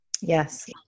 yes